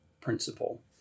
principle